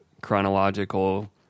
chronological